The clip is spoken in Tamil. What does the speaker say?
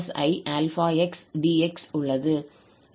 இரண்டாவது தொகையிடல் அப்படியே உள்ளது